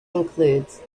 includes